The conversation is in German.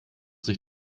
sich